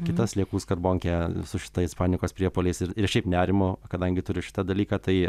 kita sliekų skarbonkė su šitais panikos priepuoliais ir ir šiaip nerimo kadangi turiu šitą dalyką tai